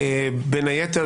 בין היתר,